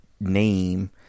name